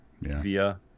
via